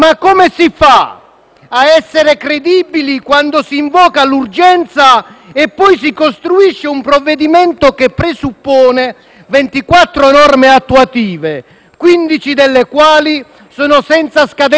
ad essere credibili quando si invoca l'urgenza e poi si costruisce un provvedimento che presuppone 24 norme attuative, 15 delle quali sono senza scadenza temporale